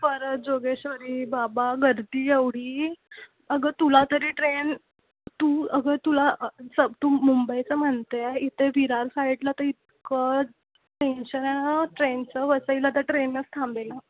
परत जोगेश्वरी बाबा गर्दी एवढी अगं तुला तरी ट्रेन तू अगं तुला च तू मुंबईचं म्हणते आहे इथे विरार साईडला तर इतकं टेन्शन आहे ना ट्रेनचं वसईला तर ट्रेनच थांबेना